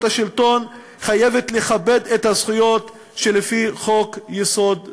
השלטון חייבת לכבד את הזכויות שלפי חוק-יסוד זה.